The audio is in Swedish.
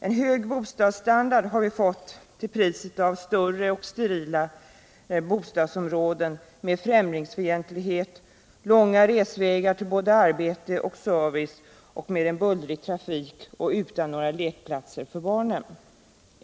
En hög bostadsstandard har vi fått till priset av större och sterila bostadsområden med främlingsfientlighet, långa resvägar till både arbete och service, med en bullrig trafik och utan några lekplatser för barnen.